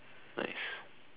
nice